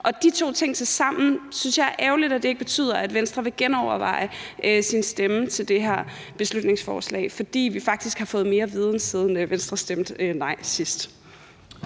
og de to ting tilsammen synes jeg er ærgerligt ikke betyder, at Venstre vil genoverveje sin stemme til det her beslutningsforslag, fordi vi faktisk har fået mere viden, siden Venstre stemte nej sidst.